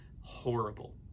horrible